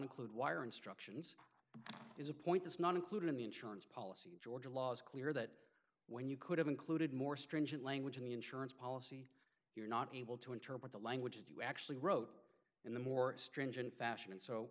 include wire instruction that is a point that's not included in the insurance policy in georgia law is clear that when you could have included more stringent language in the insurance policy you're not able to interpret the language that you actually wrote in the more stringent fashion and so